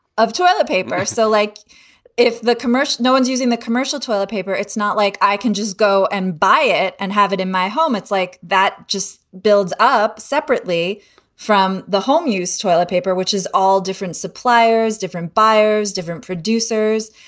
of toilet paper. so like if the commercial. no one's using the commercial. toilet paper. it's not like i can just go and buy it and have it in my home. it's like that just builds up separately from the home use toilet paper, which is all different suppliers, different buyers, different producers.